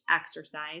exercise